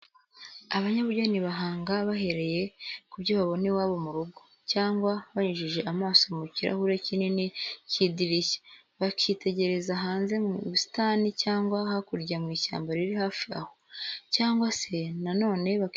Abanyabugeni bahanga bahereye ku byo babona iwabo mu rugo, cyangwa banyujije amaso mu kirahuri kinini cy'idirishya, bakitegereza hanze mu busitani cyangwa hakurya mu ishyamba riri hafi aho, cyangwa se na none bakitegereza ubwiza bw'amazi y'ikiyaga kiri aho hafi, aho izuba rirengera cyangwa rirasira, maze bagashushanya.